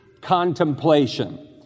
contemplation